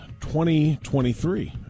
2023